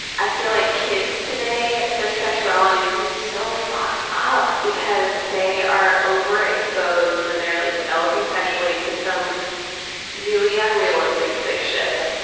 i feel like kids today, today, their sexuality's gonna be so fucked up because they are overexposed when they're like developing sexually to some really unrealistic sick shit.